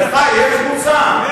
לך יש מושג?